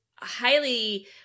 Highly